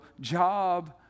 job